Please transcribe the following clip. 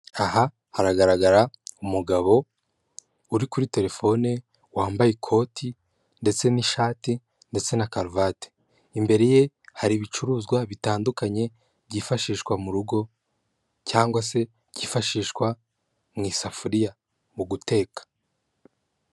Aha haragaragara umugabo uri kuri telefone, wambaye ikoti ndetse n'ishati ndetse na karuvati, imbere ye hari ibicuruzwa bitandukanye byifashishwa mu rugo cyangwa se byifashishwa mu isafuriya mu guteka.